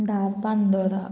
Dharbandora